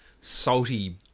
salty